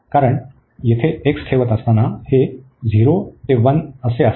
आपण येथे x ठेवत असताना हे 0 ते 1 असेल